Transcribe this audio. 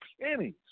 pennies